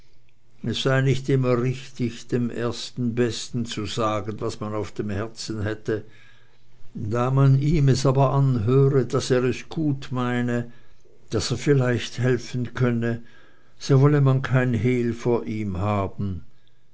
es sei nicht immer richtig dem ersten dem besten zu sagen was man auf dem herzen hätte da man ihm es aber anhöre daß er es gut meine daß er vielleicht helfen könne so wolle man kein hehl vor ihm haben